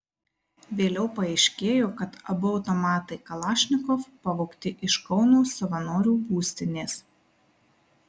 vėliau paaiškėjo kad abu automatai kalašnikov pavogti iš kauno savanorių būstinės